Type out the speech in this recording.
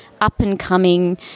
up-and-coming